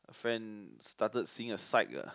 a friend started seeing a psych ah